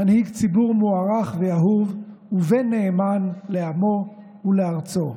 מנהיג ציבור מוערך ואהוב ובן נאמן לעמו ולארצו.